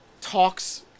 talks